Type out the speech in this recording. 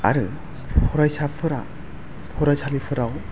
आरो फरायसाफोरा फरायसालिफोराव